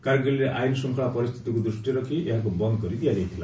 କାର୍ଗିଲ୍ରେ ଆଇନ ଶ୍ଚଙ୍ଖଳା ପରିସ୍ଥିତିକୁ ଦୃଷ୍ଟିରେ ରଖି ଏହାକ୍ ବନ୍ଦ୍ କରି ଦିଆଯାଇଥିଲା